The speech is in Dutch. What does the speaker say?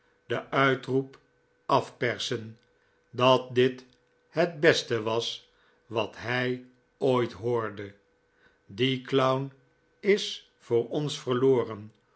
den uitroep afpersen dat dit het beste was wat hij ooit hoorde die clown is voor ons verloren